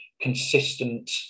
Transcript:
consistent